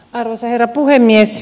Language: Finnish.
arvoisa herra puhemies